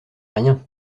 rien